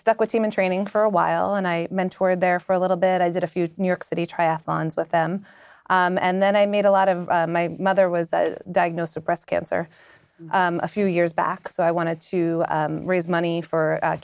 stuck with him in training for a while and i mentor there for a little bit i did a few new york city triathlons with them and then i made a lot of my mother was diagnosed with breast cancer a few years back so i wanted to raise money for